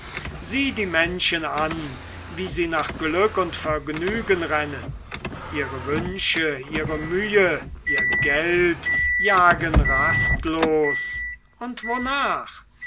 sieh die menschen an wie sie nach glück und vergnügen rennen ihre wünsche ihre mühe ihr geld jagen rastlos und wonach